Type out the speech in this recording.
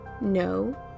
no